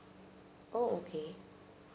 oh okay